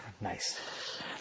Nice